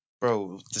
bro